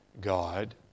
God